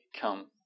come